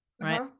right